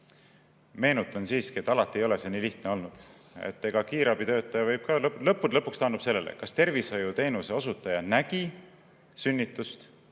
meenutan siiski, et alati ei ole see nii lihtne olnud. Kiirabitöötaja võib ka … Lõppude lõpuks taandub kõik sellele, kas tervishoiuteenuse osutaja nägi sünnitust